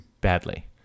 badly